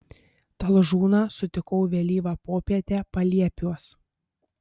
talžūną sutikau vėlyvą popietę paliepiuos